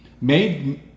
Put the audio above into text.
made